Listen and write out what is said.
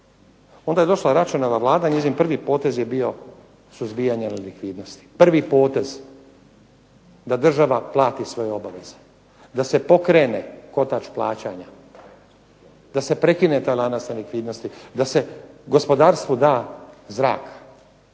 Onda je došla Račanova Vlada i njezin prvi potez je bio suzbijanje nelikvidnosti. Prvi potez, da država plati svoje obaveze, da se pokrene kotač plaćanja, da se prekine taj lanac nelikvidnosti, da se gospodarstvu da zraka